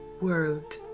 world